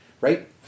Right